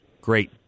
great